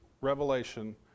revelation